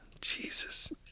Jesus